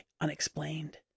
unexplained